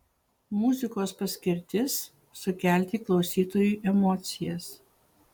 muzikos paskirtis sukelti klausytojui emocijas